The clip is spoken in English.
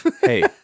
hey